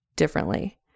Differently